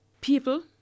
People